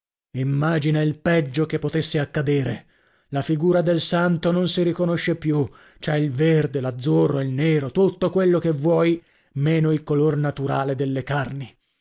immagina il peggio che potesse accadere la figura del santo non si riconosce più c'è il verde l'azzurro il nero tutto quello che vuoi meno il color naturale delle carni